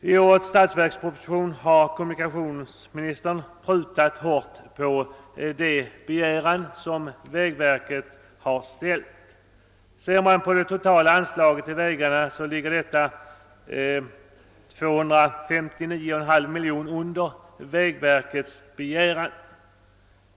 I årets statsverksproposition har kommunikationsministern prutat hårt på vägverkets anslagsäskanden. Det totala anslaget till vägarna ligger 259,5 miljoner under vägverkets begäran.